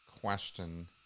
question